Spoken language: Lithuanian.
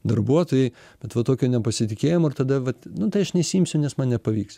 darbuotojai bet va tokio nepasitikėjimo ir tada vat nu tai aš nesiimsiu nes man nepavyks